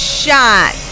shot